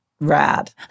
rad